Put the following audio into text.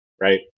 right